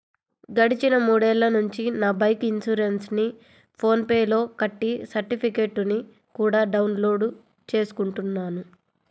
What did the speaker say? గడిచిన మూడేళ్ళ నుంచి నా బైకు ఇన్సురెన్సుని ఫోన్ పే లో కట్టి సర్టిఫికెట్టుని కూడా డౌన్ లోడు చేసుకుంటున్నాను